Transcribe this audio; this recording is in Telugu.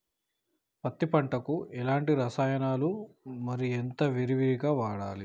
పత్తి పంటకు ఎలాంటి రసాయనాలు మరి ఎంత విరివిగా వాడాలి ఎకరాకి?